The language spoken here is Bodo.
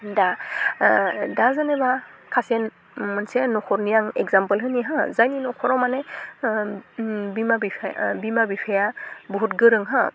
दा दा जेनबा खासेन मोनसे नखरनि आं एगजामफोर होनि हो जायनि नखराव माने बिमा बिफा बिमा बिफाया बुहुत गोरों हो